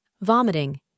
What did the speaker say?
vomiting